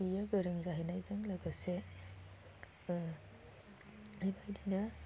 बियो गोरों जाहैनायजों लोगोसे बेबायदिनो